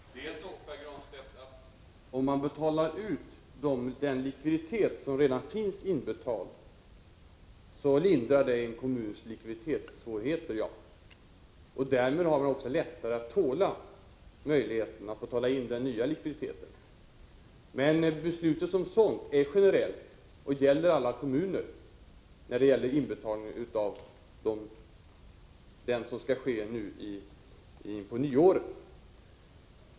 Herr talman! Om vi betalar ut den likviditet som redan finns inbetald lindrar det en kommuns likviditetssvårigheter, och därmed har kommunen också lättare att tåla att betala in den nya likviditeten. Men beslutet som sådant — som gäller den inbetalning som skall ske nu inpå nyåret — är generellt och omfattar alla kommuner.